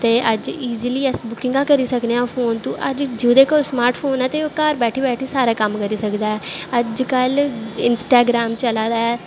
ते अज्ज ईजली अस बुकिंगां करी सकदे आं फोन तों अज्ज जेह्दे कोल स्मार्ट फोन ऐ ते ओह् घर बैठी बैठी सारा कम्म करी सकदा ऐ अज्ज कल इंस्टाग्राम चला दा ऐ